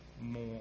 more